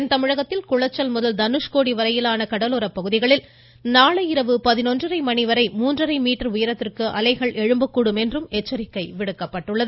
தென் தமிழகத்தில் குளச்சல் முதல் தனுஷ்கோடி வரையிலான கடலோரப் பகுதிகளில் நாளை இரவு பதினொன்றரை மணி வரை மூன்றரை மீட்டர் உயரத்திற்கு அலைகள் எழும்பக்கூடும் எனவும் எச்சரிக்கை விடுக்கப்பட்டுள்ளது